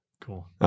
Cool